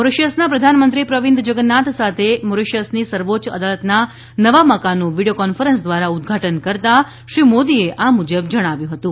મોરીશીયસના પ્રધાનમંત્રી પ્રવિંદ જગન્નાથ સાથે મોરીશીયસની સર્વોચ્ય અદાલતના નવા મકાનનું વિડિયો કોન્ફરન્સ દ્વારા ઉદઘાટન કરતા શ્રી મોદીએ આ મુજબ જણાવ્યું હતું